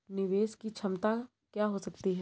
निवेश की क्षमता क्या हो सकती है?